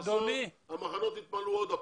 המחנות יתמלאו שוב.